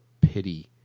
pity